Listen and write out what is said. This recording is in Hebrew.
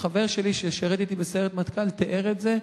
והחבר שלי ששירת אתי בסיירת מטכ"ל תיאר את זה.